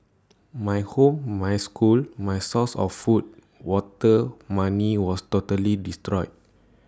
my home my school my source of food water money was totally destroyed